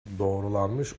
doğrulanmış